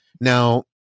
Now